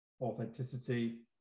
authenticity